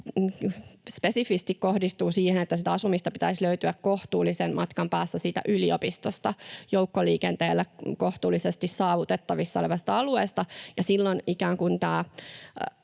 spesifisti kohdistuu siihen, että sitä asumista pitäisi löytyä kohtuullisen matkan päästä yliopistosta, joukkoliikenteellä kohtuullisesti saavutettavissa olevalta alueelta, ja silloin